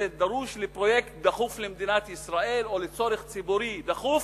זה דרוש לפרויקט דחוף למדינת ישראל או לצורך ציבורי דחוף,